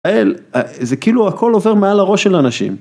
זה כאילו הכל עובר מעל הראש של אנשים.